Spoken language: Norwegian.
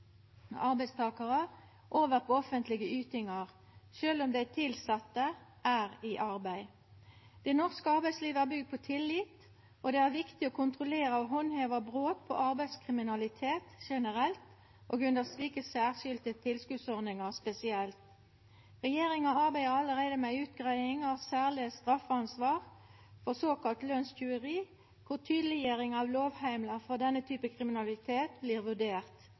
arbeidstakarar over på offentlege ytingar sjølv om dei tilsette er i arbeid. Det norske arbeidslivet er bygd på tillit, og det er viktig å kontrollera og handheva brot på arbeidskriminalitet generelt, og under slike særskilte tilskotsordningar spesielt. Regjeringa arbeider allereie med ei utgreiing av særleg straffeansvar for såkalla lønstjuveri, der tydeleggjering av lovheimlar for denne typen kriminalitet